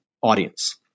audience